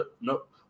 nope